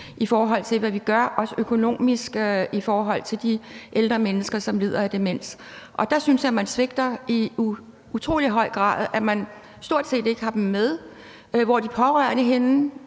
i forhold til hvad vi gør for de ældre mennesker, som lider af demens. Og der synes jeg, man svigter i utrolig høj grad, altså at man stort set ikke har dem med. Hvor er de pårørende henne?